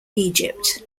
egypt